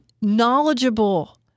knowledgeable